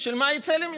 של "מה יצא לי מזה".